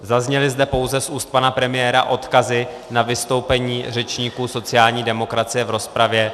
Zazněly zde pouze z úst pana premiéra odkazy na vystoupení řečníků sociální demokracie v rozpravě.